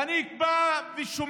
ואני בא ושומע.